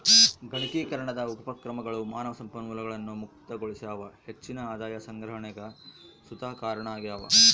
ಗಣಕೀಕರಣದ ಉಪಕ್ರಮಗಳು ಮಾನವ ಸಂಪನ್ಮೂಲಗಳನ್ನು ಮುಕ್ತಗೊಳಿಸ್ಯಾವ ಹೆಚ್ಚಿನ ಆದಾಯ ಸಂಗ್ರಹಣೆಗ್ ಸುತ ಕಾರಣವಾಗ್ಯವ